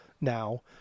now